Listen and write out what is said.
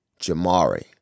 Jamari